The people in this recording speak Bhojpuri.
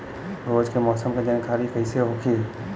रोज के मौसम के जानकारी कइसे होखि?